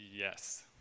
Yes